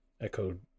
echoed